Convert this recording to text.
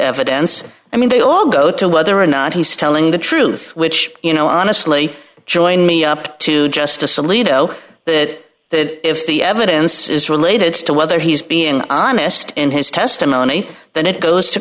evidence i mean they all go to whether or not he's telling the truth which you know honestly join me up to justice alito that that if the evidence is related to whether he's being honest in his testimony then it goes to